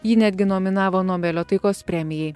jį netgi nominavo nobelio taikos premijai